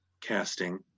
casting